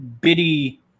bitty